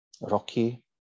rocky